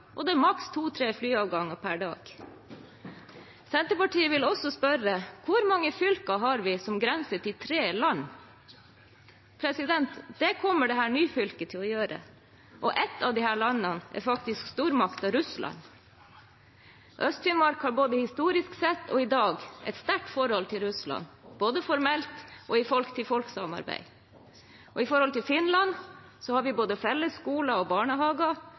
og det er maks 2–3 flyavganger per dag. Senterpartiet vil også spørre: Hvor mange fylker har vi som grenser til tre land? Det kommer det nye fylket til å gjøre. Ett av disse landene er faktisk stormakten Russland. Øst-Finnmark har både historisk sett og i dag et sterkt forhold til Russland, både formelt og i folk-til-folk-samarbeid. Når det gjelder Finland, har vi både felles skoler og barnehager,